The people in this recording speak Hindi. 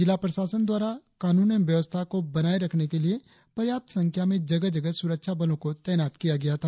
जिला प्रशासन द्वारा कानून एवं व्यवस्था को बनाये रखने के लिए पर्याप्त संख्या में जगह जगह सुरक्षा बलों को तैनात किया गया था